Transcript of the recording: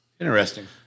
Interesting